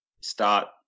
start